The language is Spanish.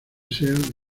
sean